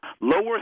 lower